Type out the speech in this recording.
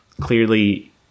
clearly